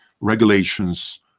regulations